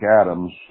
Adams